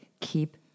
Keep